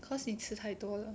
cause 你吃太多了